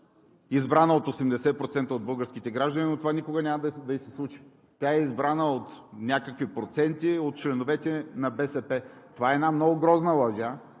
избрана от 80% от българските граждани, но това никога няма да ѝ се случи. Тя е избрана от някакви проценти, от членовете на БСП. Това е една много грозна лъжа.